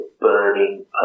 burning